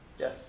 Yes